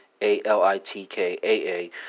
A-L-I-T-K-A-A